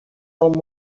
del